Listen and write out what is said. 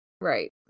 Right